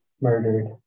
murdered